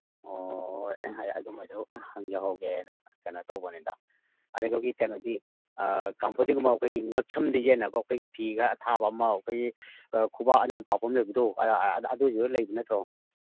ꯑꯣ ꯑꯩ ꯑꯗꯨꯃꯗꯨ ꯍꯪꯖꯍꯧꯒꯦꯅ ꯀꯩꯅꯣ ꯇꯧꯕꯅꯤꯗ ꯑꯗꯨꯗꯨꯒꯤ ꯀꯩꯅꯣꯗꯤ ꯑꯩꯈꯣꯏꯒꯤ ꯁꯛꯁꯝꯗ ꯌꯦꯠꯅꯕ ꯑꯩꯈꯣꯏꯒꯤ ꯐꯤ ꯈꯔ ꯑꯊꯥꯕ ꯑꯃ ꯑꯩꯈꯣꯏ ꯈꯨꯕꯥꯛꯃꯨꯛ ꯄꯥꯛꯄ ꯑꯃ ꯂꯩꯕꯗꯣ ꯑꯗꯨꯗꯨ ꯂꯩꯕ ꯅꯠꯇ꯭ꯔꯣ